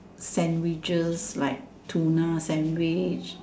sandwiches like tuna sandwich